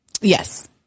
Yes